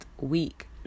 week